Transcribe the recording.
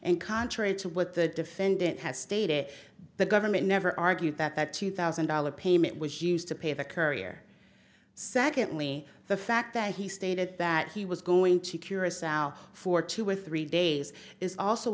and contrary to what the defendant has stated the government never argued that that two thousand dollars payment was used to pay the courier secondly the fact that he stated that he was going to curacao for two or three days is also